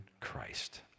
Christ